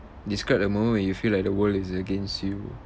describe the moment when you feel like the world is against you